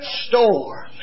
storm